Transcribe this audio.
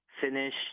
finish